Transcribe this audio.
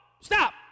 stop